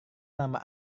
nama